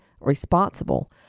responsible